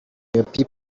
people